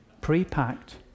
Pre-packed